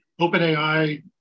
OpenAI